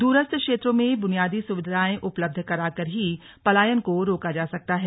दूरस्थ क्षेत्रों में बुनियादी सुविधाएं उपलब्ध करा कर ही पलायन को रोका जा सकता है